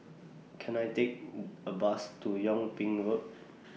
Can I Take A Bus to Yung Ping Road